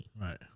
Right